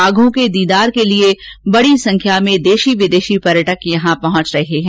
बाघों के दीदार के लिए बड़ी संख्या में विदेशी और देशी पर्यटक यहां पहुंच रहे हैं